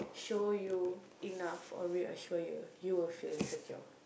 show you enough or reassure you you will feel insecure